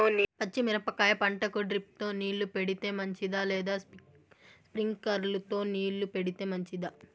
పచ్చి మిరపకాయ పంటకు డ్రిప్ తో నీళ్లు పెడితే మంచిదా లేదా స్ప్రింక్లర్లు తో నీళ్లు పెడితే మంచిదా?